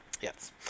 Yes